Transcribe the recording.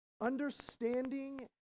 Understanding